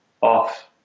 off